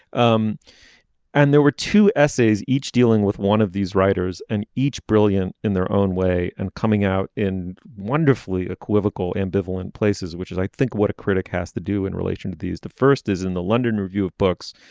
um and there were two essays each dealing with one of these writers and each brilliant in their own way and coming out in wonderfully equivocal ambivalent places which is i think what a critic has to do in relation to these the first is in the london review of books.